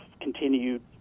continued